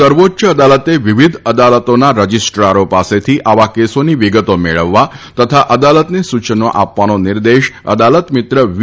સર્વોચ્ય અદાલત વિવિધ અદાલતાભા રજીસ્ટ્રાર પાસથી આવા કેસાની વિગત મળવવા તથા અદાલતન સૂચન આપવાન નિર્દેશ અદાલતમિત્ર વી